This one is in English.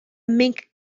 mink